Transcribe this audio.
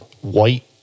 white